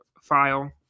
file